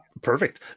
perfect